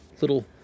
little